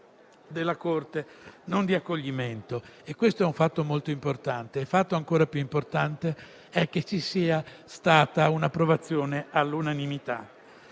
della Corte non di accoglimento; è questo un fatto molto importante. Fatto ancora più importante è che ci sia stata un'approvazione all'unanimità.